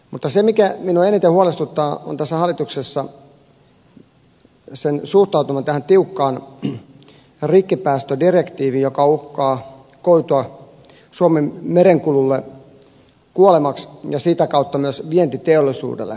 mutta se mikä minua eniten huolestuttaa on tämän hallituksen suhtautuminen tähän tiukkaan rikkipäästödirektiiviin joka uhkaa koitua suomen merenkululle kuolemaksi ja sitä kautta myös vientiteollisuudelle